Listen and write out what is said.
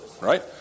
right